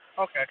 Okay